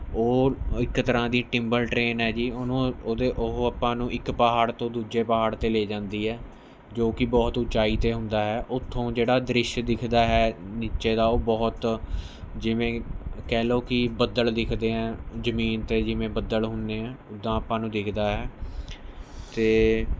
ਓ ਇੱਕ ਤਰ੍ਹਾਂ ਦੀ ਟਿਮਬਲ ਟਰੇਨ ਹੈ ਜੀ ਉਹਨੂੰ ਉਹਦੇ ਉਹ ਆਪਾਂ ਨੂੰ ਇੱਕ ਪਹਾੜ ਤੋਂ ਦੂਜੇ ਪਹਾੜ 'ਤੇ ਲੈ ਜਾਂਦੀ ਹੈ ਜੋ ਕਿ ਬਹੁਤ ਉੱਚਾਈ 'ਤੇ ਹੁੰਦਾ ਹੈ ਉੱਥੋਂ ਜਿਹੜਾ ਦ੍ਰਿਸ਼ ਦਿਖਦਾ ਹੈ ਨੀਚੇ ਦਾ ਉਹ ਬਹੁਤ ਜਿਵੇਂ ਕਹਿ ਲਓ ਕੀ ਬੱਦਲ ਦਿਖਦੇ ਹੈ ਜ਼ਮੀਨ 'ਤੇ ਜਿਵੇਂ ਬੱਦਲ ਹੁੰਨੇ ਹੈ ਉਦਾਂ ਆਪਾਂ ਨੂੰ ਦਿਖਦਾ ਹੈ ਅਤੇ